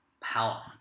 power